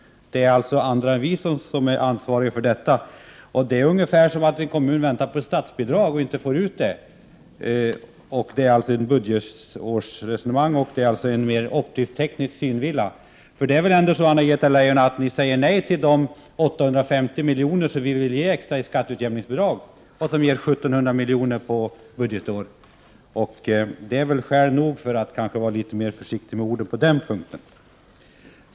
Det är alltså andra än vi som är ansvariga för detta. Det är ungefär som att en kommun väntar på statsbidrag och inte får ut detta. Det rör sig således om ett budgetårsresonemang och är följaktligen en mer optisk-teknisk synvilla. Anna-Greta Leijon, det är väl ändå så att ni säger nej till de 850 milj.kr. som vi i centern vill ge i extra skatteutjämningsbidrag och som ger 1 700 milj.kr. per budgetår? Det kanske är skäl nog att vara litet mer försiktig med orden på den punkten.